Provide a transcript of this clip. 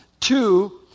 Two